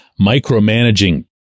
micromanaging